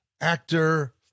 actor